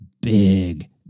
big